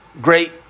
great